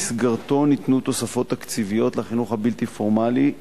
במסגרתו ניתנו תוספות תקציביות לחינוך הבלתי פורמלי,